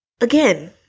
again